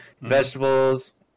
vegetables